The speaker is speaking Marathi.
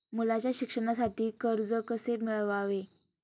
मुलाच्या शिक्षणासाठी कर्ज कसे मिळवावे?